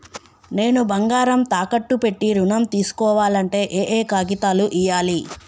నేను బంగారం తాకట్టు పెట్టి ఋణం తీస్కోవాలంటే ఏయే కాగితాలు ఇయ్యాలి?